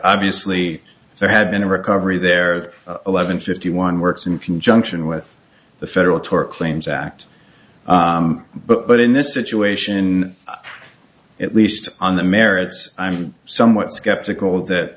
obviously if there had been a recovery there eleven fifty one works in conjunction with the federal tort claims act but in this situation at least on the merits i'm somewhat skeptical of that